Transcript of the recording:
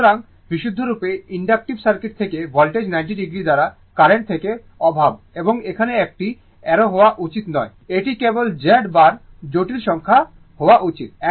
সুতরাং বিশুদ্ধভাবে inductive circuit থেকে ভোল্টেজ 90o দ্বারা কারেন্ট থেকে অভাব এবং এখানে একটি অ্যারো হওয়া উচিত নয় এটি কেবল Z বার জটিল সংখ্যা হওয়া উচিত